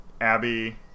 Abby